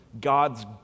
God's